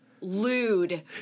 lewd